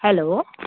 hello